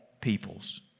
peoples